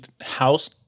house